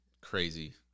crazy